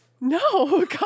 No